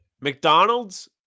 mcdonald's